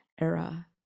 era